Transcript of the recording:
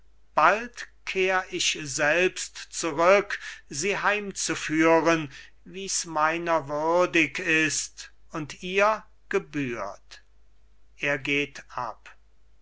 bald kehr ich selbst zurück sie heimzuführen wie's meiner würdig ist und ihr gebührt er geht ab